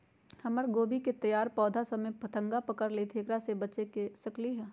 हमर गोभी के तैयार पौधा सब में फतंगा पकड़ लेई थई एकरा से हम कईसे बच सकली है?